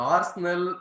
Arsenal